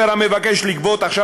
עכשיו,